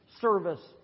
service